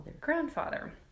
grandfather